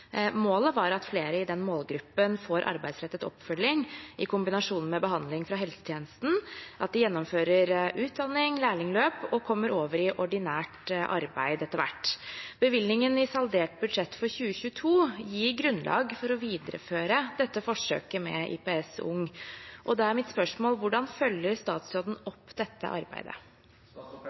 Målet var at flere i målgruppen får arbeidsrettet oppfølging i kombinasjon med behandling fra helsetjenesten, gjennomfører utdanning/lærlingløp og kommer over i ordinært arbeid. Bevilgningen i saldert budsjett for 2022 gir grunnlag for å videreføre forsøket med IPS Ung. Hvordan følger statsråden opp dette arbeidet?»